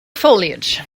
foliage